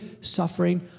suffering